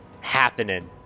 happening